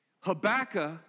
Habakkuk